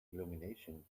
illumination